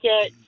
get